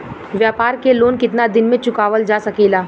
व्यापार के लोन कितना दिन मे चुकावल जा सकेला?